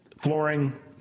flooring